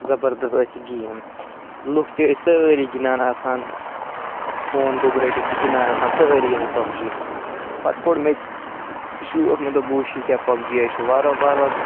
زبردَس ٲسۍ یہِ گیم لُکھ تہِ ٲسۍ سٲری گِنٛدان آسان فون دُبہٕ رٔٹِتھ تہِ گِنٛدان آسان سٲری یِہَے پَب جی پتہٕ کوٚڈ مےٚ تہِ شوق مےٚ دوٚپ بہٕ وُچھ یہِ کیٛاہ پَب جِیا چھِ وارٕ وارٕ وارٕ وارٕ